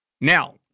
Now